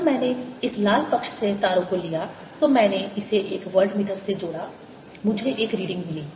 जब मैंने इस लाल पक्ष से तारों को लिया तो मैंने इसे एक वाल्टमीटर से जोड़ा मुझे एक रीडिंग मिली